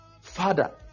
Father